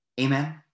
Amen